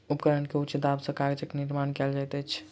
उपकरण के उच्च दाब सॅ कागजक निर्माण कयल जाइत अछि